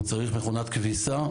הוא צריך מכונת כביסה,